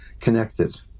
connected